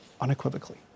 unequivocally